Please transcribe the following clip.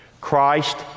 Christ